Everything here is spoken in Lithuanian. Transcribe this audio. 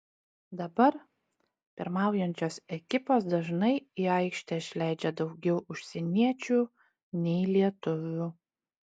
dabar pirmaujančios ekipos dažnai į aikštę išleidžia daugiau užsieniečių nei lietuvių